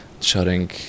shutting